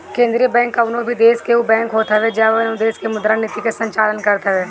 केंद्रीय बैंक कवनो भी देस के उ बैंक होत हवे जवन उ देस के मुद्रा नीति के संचालन करत हवे